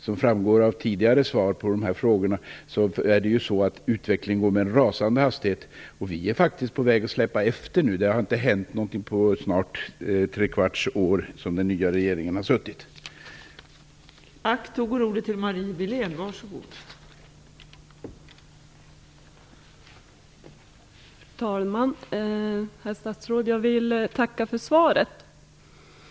Som framgår av tidigare svar i dessa frågor går utvecklingen med en rasande hastighet, och vi är nu faktiskt på väg att släpa efter. Det har inte hänt något under den tid som den nya regeringen har suttit, snart ett halvt år.